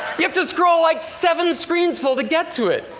you have to scroll, like, seven screensful to get to it.